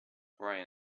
bright